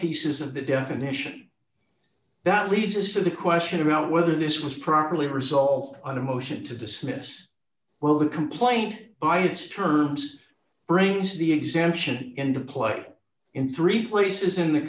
pieces of the definition that leads us to the question about whether this was properly result on a motion to dismiss well the complaint by its terms brings the exemption into play in three places in the